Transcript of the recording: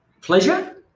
pleasure